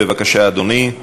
בבקשה, אדוני.